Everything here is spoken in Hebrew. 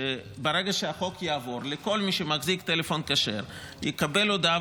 שברגע שהחוק יעבור כל מי שמחזיק טלפון כשר יקבל הודעה